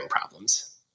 problems